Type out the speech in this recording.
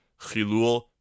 Chilul